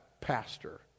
pastor